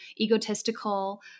egotistical